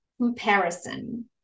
comparison